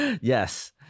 Yes